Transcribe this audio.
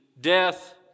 death